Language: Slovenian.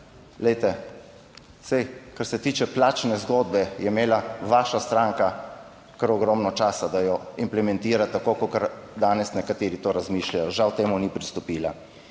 Glejte, saj kar se tiče plačne zgodbe, je imela vaša stranka kar ogromno časa, da jo implementira, tako kakor danes nekateri to razmišljajo, žal, temu ni pristopila.